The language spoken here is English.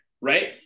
Right